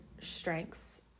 strengths